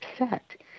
upset